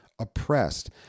oppressed